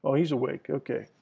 ah he's awake. okay.